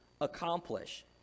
accomplish